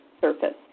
surface